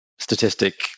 Statistic